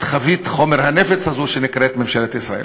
את חבית חומר הנפץ הזאת שנקראת "ממשלת ישראל".